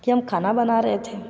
कि हम खाना बना रहे थे